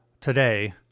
today